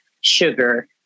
sugar